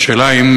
השאלה היא,